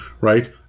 right